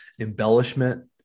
embellishment